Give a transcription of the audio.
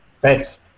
Thanks